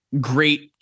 great